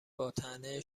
باطعنه